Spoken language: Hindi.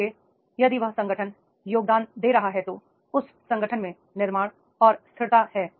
इसलिए यदि वह संगठन योगदान दे रहा है तो उस संगठन में निर्माण और स्थिरता है